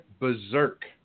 berserk